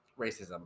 Racism